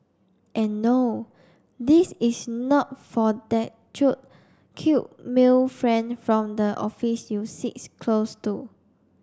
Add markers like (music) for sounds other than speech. and no this is not for that (unintelligible) cute male friend from the office you sits close to